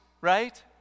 right